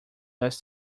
das